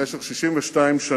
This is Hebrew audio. במשך 62 שנה